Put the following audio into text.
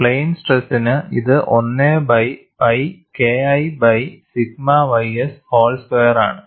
plain സ്ട്രെസ്സിന് ഇത് 1 by pi KI by sigma ys whole square ആണ്